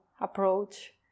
approach